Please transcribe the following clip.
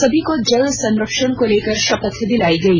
सभी को जल संरक्षण को लेकर शपथ दिलाई गई